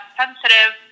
sensitive